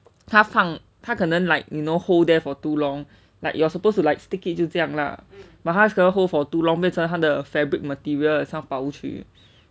他放他可能 like you know hold there for too long like you're supposed to like stick it 就这样 lah but 他 hold it for too long 变成他的 fabric material 保护区